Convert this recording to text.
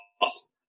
Awesome